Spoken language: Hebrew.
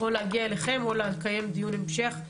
או להגיע אליכם או לקיים דיון המשך,